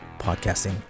podcasting